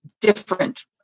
different